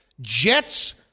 Jets